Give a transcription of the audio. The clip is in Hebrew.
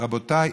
רבותיי,